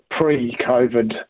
Pre-COVID